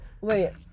Wait